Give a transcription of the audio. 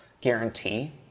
guarantee